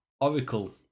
Oracle